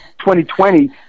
2020